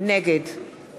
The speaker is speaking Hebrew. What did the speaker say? נגד